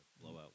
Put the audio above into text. blowout